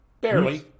Barely